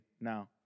now